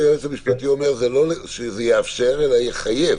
מה שהיועץ המשפטי אומר לא שזה יאפשר אלא יחייב.